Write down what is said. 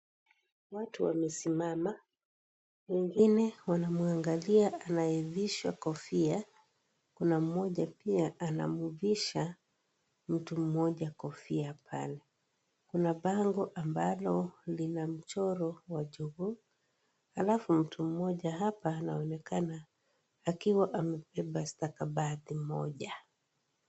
Watu wamesimama wengine wanamwangalia anayefishwa kofia kuna mmoja pia anamfisha mtu mmoja kofia pale kuna bango ambalo linamchoro wa chogoo alafu mtu mmoja hapa anaonekana akiwa amebeba stakabadhi moja.